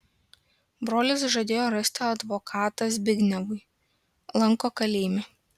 brolis žadėjo rasti advokatą zbignevui lanko kalėjime